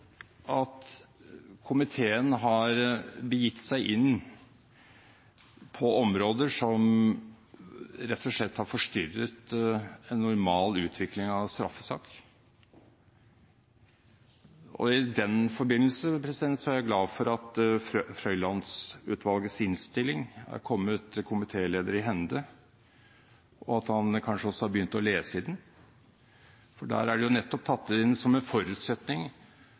at komiteen har begitt seg inn på områder som rett og slett har forstyrret en normal utvikling av en straffesak. I den forbindelse er jeg glad for at Frøiland-utvalgets innstilling er kommet komitélederen i hende, og at han kanskje også har begynt å lese i den. Der er det nettopp tatt inn som en forutsetning